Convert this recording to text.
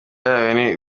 yayo